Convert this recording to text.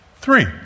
three